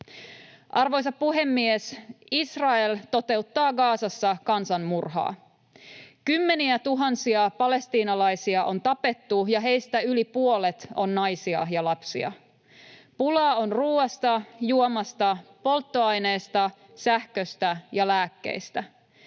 Arvoisa puhemies! Israel toteuttaa Gazassa kansanmurhaa. Kymmeniätuhansia palestiinalaisia on tapettu, ja heistä yli puolet on naisia ja lapsia. Pulaa on ruuasta, juomasta, polttoaineesta, sähköstä ja lääkkeistä.